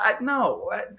no